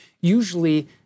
Usually